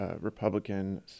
Republican